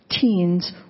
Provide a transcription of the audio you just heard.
teens